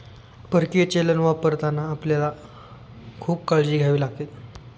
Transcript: परकीय चलन वापरताना आपल्याला खूप काळजी घ्यावी लागेल